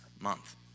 month